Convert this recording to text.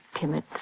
Timid